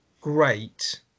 Great